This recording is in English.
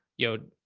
you know,